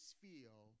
feel